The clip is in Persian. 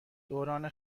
دوران